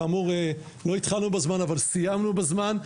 כאמור לא התחלנו בזמן אבל סיימנו בזמן,